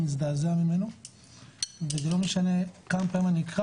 אני מזדעזע ממנו וזה לא משנה כמה פעמים אני אקרא,